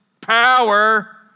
power